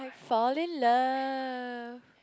and like fall in love